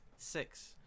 Six